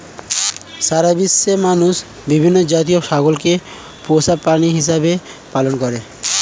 সারা বিশ্বের মানুষ বিভিন্ন জাতের ছাগলকে পোষা প্রাণী হিসেবে পালন করে